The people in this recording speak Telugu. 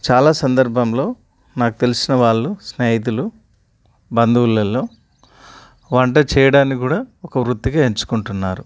చాలా సందర్భంలో నాకు తెలిసిన వాళ్ళు స్నేహితులు బంధువులల్లో వంట చేయడాన్ని కూడా ఒక వృత్తిగా ఎంచుకుంటున్నారు